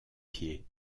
pieds